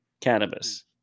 cannabis